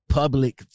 public